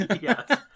Yes